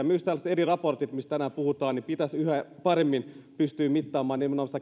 myös tällaisilla eri raporteilla mistä tänään puhutaan pitäisi yhä paremmin pystyä mittaamaan